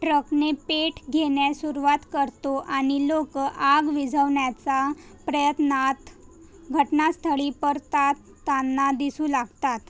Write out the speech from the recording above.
ट्रकने पेट घेण्यास सुरुवात करतो आणि लोक आग विझवण्याचा प्रयत्नात घटनास्थळी परतताना दिसू लागतात